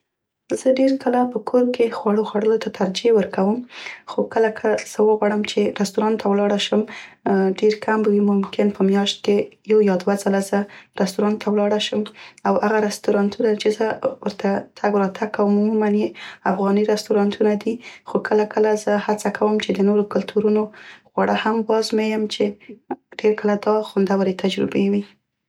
زه ډير کله په کور کې خوړو خوړلو ته ترجیح ورکوم خو کله که زه وغواړم چې رستورانت ته ولاړه شم، ډیر کم به وي، ممکن په میاشت کې یو یا دوه ځله زه رستورانت ته ولاړه شم او هغه رستورانتونه چې زه ورته تګ او راتګ کوم عموماً یې افغاني رستورانتونه دي. خو کله کله زه هڅه کوم چې د نورو کلتورونو خواړه هم وازمویم چې ډیر کله دا خوندورې تجربې وي.